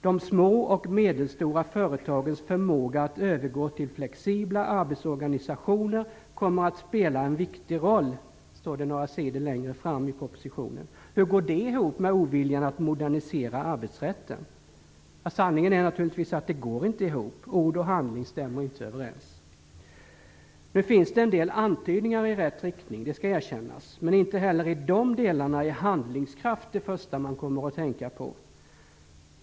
"Dom små och medelstora företagens förmåga att övergå till flexibla arbetsorganisationer kommer att spela en viktig roll" står det några sidor längre fram. Hur går det ihop med oviljan att modernisera arbetsrätten? Sanningen är naturligtvis att det inte går ihop. Ord och handling stämmer inte överens. Nu finns det en del antydningar i rätt riktning, det skall erkännas. Men inte heller i de delarna är handlingskraft det första man kommer att tänka på.